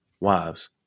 Wives